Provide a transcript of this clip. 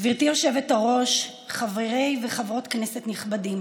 כללי הריחוק החברתי והצורך להימנע מהתקהלויות הביאו לסגירת אטרקציות